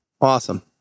Awesome